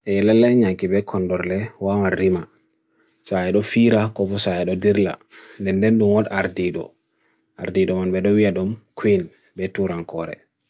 Elele nyan kibe kondorle waan rima, sa edo fira kofo sa edo dirla nende nwod ar dido, ar dido manbede wiadum kween beto rankore.